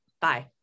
Bye